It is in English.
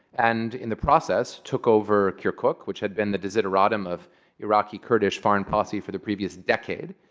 and in the process, took over kirkuk, which had been the desideratum of iraqi kurdish foreign policy for the previous decade.